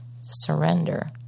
surrender